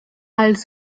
als